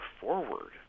forward